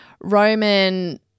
Roman